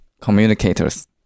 communicators